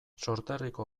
sorterriko